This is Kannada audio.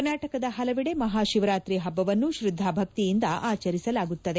ಕರ್ನಾಟಕದ ಹಲವೆಡೆ ಮಹಾ ಶಿವರಾತ್ರಿ ಹಬ್ಬವನ್ನು ಶ್ರದ್ದಾ ಭಕ್ತಿಯಿಂದ ಆಚರಿಸಲಾಗುತ್ತದೆ